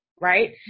Right